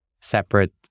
separate